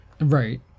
Right